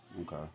okay